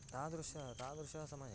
तादृशः तादृशसमये